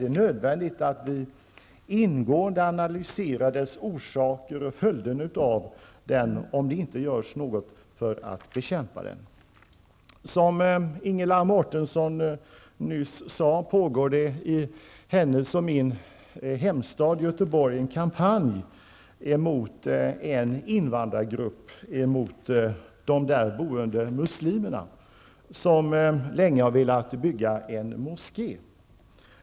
Det är nödvändigt att vi ingående analyserar dess orsaker och följderna av om det inte görs något för att bekämpa den. Som Ingela Mårtensson nyss sade pågår det i hennes och min hemstad Göteborg en kampanj emot den invandrargrupp som utgörs av de där boende muslimerna, vilka länge velat bygga en moské.